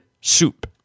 soup